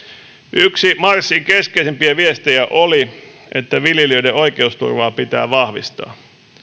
yksi marssin keskeisimpiä viestejä oli että viljelijöiden oikeusturvaa pitää vahvistaa